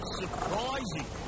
surprising